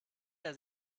der